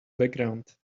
background